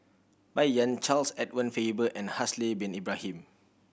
Bai Yan Charles Edward Faber and Haslir Bin Ibrahim